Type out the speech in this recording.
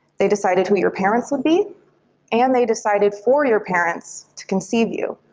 they decided who your parents would be and they decided for your parents to conceive you.